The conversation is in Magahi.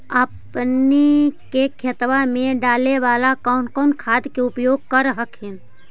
अपने के खेतबा मे डाले बाला कौन कौन खाद के उपयोग कर हखिन?